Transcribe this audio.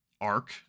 arc